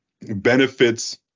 benefits